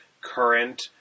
current